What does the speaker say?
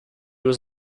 was